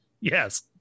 Yes